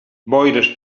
boires